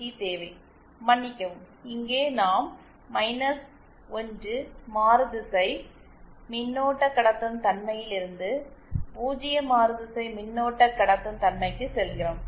C தேவை மன்னிக்கவும் இங்கே நாம் 1 மாறுதிசை மின்னோட்ட கடத்தும் தன்மையில் இருந்து 0 மாறுதிசை மின்னோட்ட கடத்தும் தன்மைக்கு செல்கிறோம்